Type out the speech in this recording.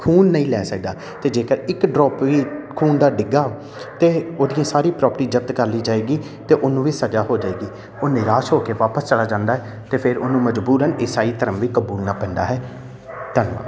ਖੂਨ ਨਹੀਂ ਲੈ ਸਕਦਾ ਅਤੇ ਜੇਕਰ ਇੱਕ ਡਰੋਪ ਵੀ ਖੂਨ ਦਾ ਡਿੱਗਾ ਤਾਂ ਉਹਦੀ ਸਾਰੀ ਪ੍ਰੋਪਰਟੀ ਜਬਤ ਕਰ ਲਈ ਜਾਏਗੀ ਅਤੇ ਉਹਨੂੰ ਵੀ ਸਜ਼ਾ ਹੋ ਜਾਏਗੀ ਉਹ ਨਿਰਾਸ਼ ਹੋ ਕੇ ਵਾਪਸ ਚਲਾ ਜਾਂਦਾ ਅਤੇ ਫਿਰ ਉਹਨੂੰ ਮਜਬੂਰਨ ਇਸਾਈ ਧਰਮ ਵੀ ਕਬੂਲਣਾ ਪੈਂਦਾ ਹੈ ਧੰਨਵਾਦ